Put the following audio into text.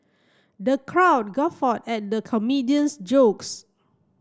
the crowd guffawed at the comedian's jokes